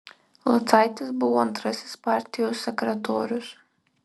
locaitis buvo antrasis partijos sekretorius